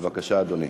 בבקשה, אדוני.